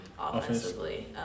offensively